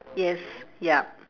yes ya